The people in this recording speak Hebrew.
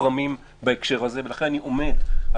בוקר טוב, אני מתכבד לפתוח את הישיבה.